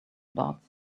dots